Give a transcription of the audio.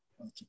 Okay